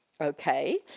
okay